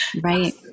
Right